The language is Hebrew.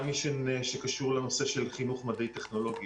משימה שקשור לנושא של חינוך מדעי-טכנולוגי.